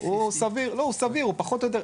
הוא סביר פחות או יותר,